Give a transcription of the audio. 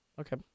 Okay